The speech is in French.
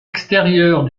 extérieure